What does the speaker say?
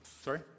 Sorry